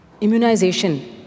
Immunization